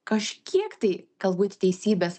kažkiek tai galbūt teisybės